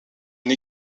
une